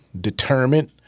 determined